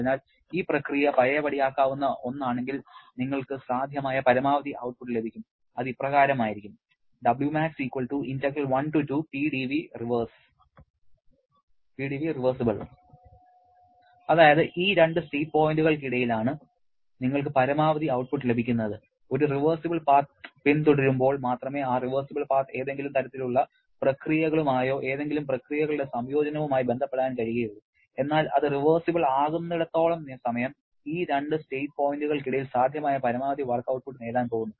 അതിനാൽ ഈ പ്രക്രിയ പഴയപടിയാക്കാവുന്ന ഒന്നാണെങ്കിൽ നിങ്ങൾക്ക് സാധ്യമായ പരമാവധി ഔട്ട്പുട്ട് ലഭിക്കും അത് ഇപ്രകാരമായിരിക്കും അതായത് ഈ രണ്ട് സ്റ്റേറ്റ് പോയിന്റുകൾക്കിടയിലാണ് നിങ്ങൾക്ക് പരമാവധി ഔട്ട്പുട്ട് ലഭിക്കുന്നത് ഒരു റിവേർസിബിൾ പാത്ത് പിന്തുടരുമ്പോൾ മാത്രമേ ആ റിവേർസിബിൾ പാത്ത് ഏതെങ്കിലും തരത്തിലുള്ള പ്രക്രിയകളുമായോ ഏതെങ്കിലും പ്രക്രിയകളുടെ സംയോജനവുമായി ബന്ധപ്പെടാൻ കഴിയുകയുള്ളൂ എന്നാൽ അത് റിവേർസിബിൾ ആകുന്നിടത്തോളം സമയം ഈ രണ്ട് സ്റ്റേറ്റ് പോയിന്റുകൾക്കിടയിൽ സാധ്യമായ പരമാവധി വർക്ക് ഔട്ട്പുട്ട് നേടാൻ പോകുന്നു